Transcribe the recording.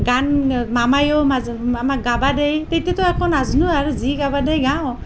গান মামাইও মাজে আমাক গাব দিয়ে তেতিয়াটো একো নাজানো আৰু যি গাব দিয়ে গাওঁ